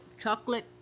Chocolate